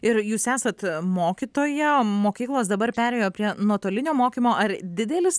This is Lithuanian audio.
ir jūs esat mokytoja mokyklos dabar perėjo prie nuotolinio mokymo ar didelis